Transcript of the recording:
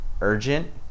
urgent